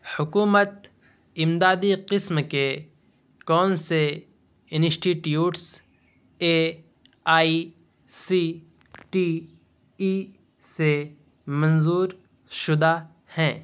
حکومت امدادی قسم کے کون سے institutes A I C T E سے منظور شدہ ہیں